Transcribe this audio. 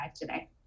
today